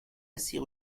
assez